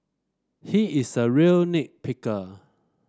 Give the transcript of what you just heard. he is a real nit picker